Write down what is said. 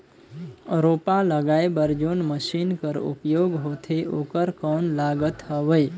रोपा लगाय बर जोन मशीन कर उपयोग होथे ओकर कौन लागत हवय?